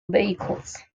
vehicles